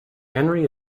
henry